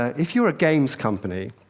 if you're a games company,